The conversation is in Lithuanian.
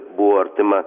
buvo artima